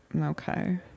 Okay